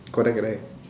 correct correct